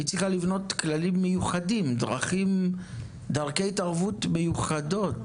היא צריכה לבנות כללים מיוחדים דרכי התערבות מיוחדות